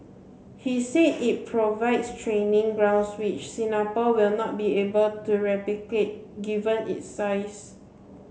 he said it provides training ground which Singapore will not be able to replicate given it size